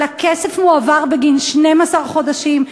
אבל הכסף מועבר בגין 12 חודשים.